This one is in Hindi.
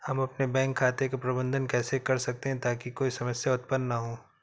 हम अपने बैंक खाते का प्रबंधन कैसे कर सकते हैं ताकि कोई समस्या उत्पन्न न हो?